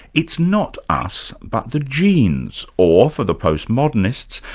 it's not us but the genes, or for the postmodernists,